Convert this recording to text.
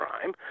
crime